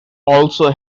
also